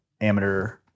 amateur